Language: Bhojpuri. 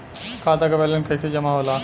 खाता के वैंलेस कइसे जमा होला?